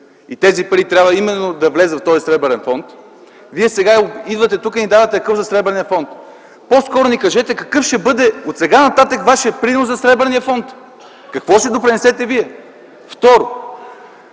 и тези пари трябваше да влязат именно в този Сребърен фонд, вие сега идвате тук и ни давате акъл за Сребърния фонд! По-скоро ни кажете какъв ще бъде отсега нататък вашият принос за Сребърния фонд? С какво ще допринесете вие? Второ,